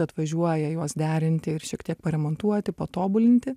atvažiuoja juos derinti ir šiek tiek paremontuoti patobulinti